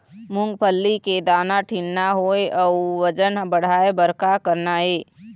मूंगफली के दाना ठीन्ना होय अउ वजन बढ़ाय बर का करना ये?